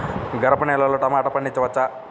గరపనేలలో టమాటా పండించవచ్చా?